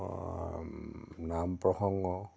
নাম প্ৰসংগ